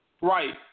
Right